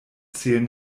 zählen